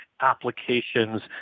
applications